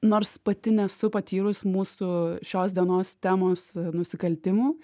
nors pati nesu patyrus mūsų šios dienos temos nusikaltimų